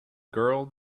girl